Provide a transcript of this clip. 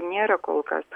nėra kol kas